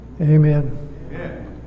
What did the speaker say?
Amen